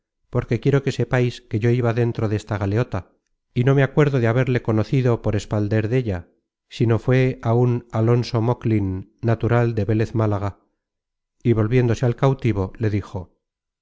porque quiero que sepais que yo iba dentro desta galeota y no me acuerdo de haberle conocido por espalder della sino fué á un alonso moclin natural de velez málaga y volviéndose al cautivo le dijo